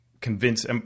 convince